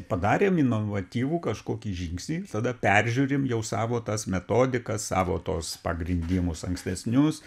padarėm inovatyvų kažkokį žingsnį tada peržiūrim jau savo tas metodikas savo tos pagrindimus ankstesnius